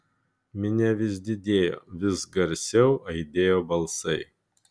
minia vis didėjo vis garsiau aidėjo balsai